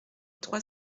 trois